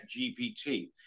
GPT